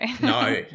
No